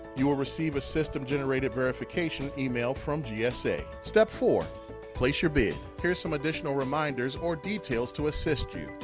you will receive a system-generated verification email from gsa. step four place your bid. here are some additional reminders or details to assist you.